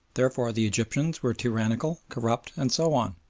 therefore the egyptians were tyrannical, corrupt, and so on.